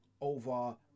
over